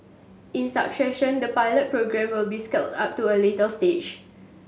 in the pilot programme will be scaled up to a later stage